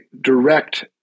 direct